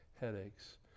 headaches